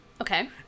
Okay